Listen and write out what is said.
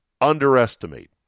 underestimate